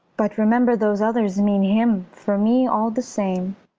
but remember those others mean him for me all the same.